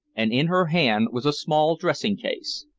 and in her hand was a small dressing-case.